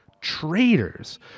traitors